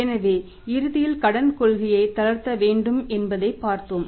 எனவே இறுதியில் கடன் கொள்கையை தளர்த்த வேண்டும் என்பதைப் பார்த்தோம்